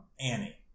Annie